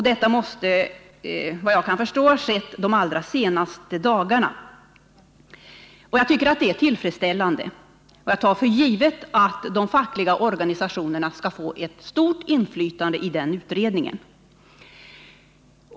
Detta måste, såvitt jag förstår, ha skett de allra senaste dagarna. Jag tycker att detta är tillfredsställande, och jag tar för givet att de fackliga organisationerna skall få ett stort inflytande i denna utredning.